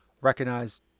recognized